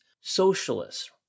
socialists